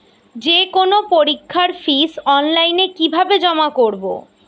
যে কোনো পরীক্ষার ফিস অনলাইনে কিভাবে জমা করব?